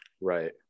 Right